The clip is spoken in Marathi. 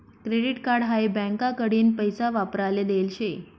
क्रेडीट कार्ड हाई बँकाकडीन पैसा वापराले देल शे